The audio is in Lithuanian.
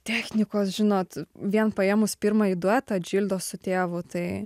technikos žinot vien paėmus pirmąjį duetą džildos su tėvu tai